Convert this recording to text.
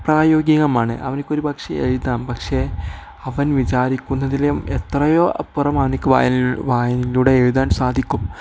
പ്രായോഗികമാണ് അവനൊരു പക്ഷേ എഴുതാം പക്ഷേ അവൻ വിചാരിക്കുന്നതിലും എത്രയോ അപ്പുറം അവന് വായനയിലൂടെ എഴുതാൻ സാധിക്കും